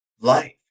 life